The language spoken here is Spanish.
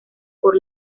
por